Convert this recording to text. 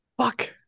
fuck